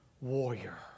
warrior